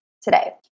today